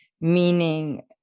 meaning